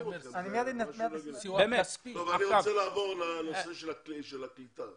אני רוצה לעבור לנושא הקליטה.